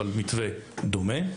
אבל מתווה דומה.